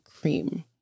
cream